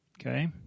Okay